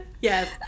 yes